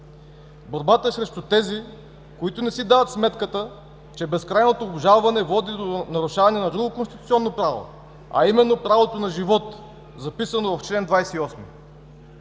Борбата е срещу тези, които не си дават сметката, че безкрайното обжалване води до нарушаване на друго конституционно право – правото на живот, записано в чл. 28.